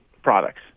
products